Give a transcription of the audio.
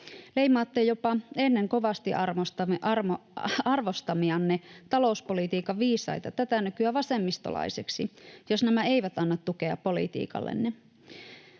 Leimaatte jopa ennen kovasti arvostamianne talouspolitiikan viisaita tätä nykyä vasemmistolaisiksi, jos nämä eivät anna tukea politiikallenne.